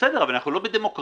בסדר, אבל אנחנו לא בדמוקרטיה.